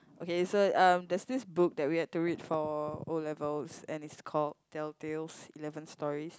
okay so um there's this book that we had to read for O-levels and it's called Tell Tales Eleven Stories